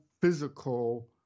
physical